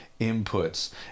inputs